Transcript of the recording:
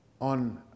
on